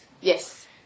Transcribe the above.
Yes